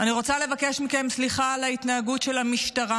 אני רוצה לבקש מכם סליחה על ההתנהגות של המשטרה,